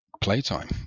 playtime